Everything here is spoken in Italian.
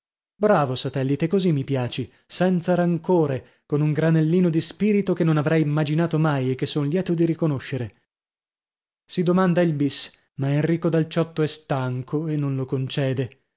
bravo satellite così mi piaci senza rancore con un granellino di spirito che non avrei immaginato mai e che son lieto di riconoscere si domanda il bis ma enrico dal ciotto è stando e non lo concede